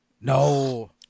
No